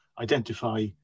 identify